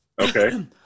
Okay